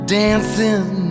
dancing